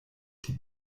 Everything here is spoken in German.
die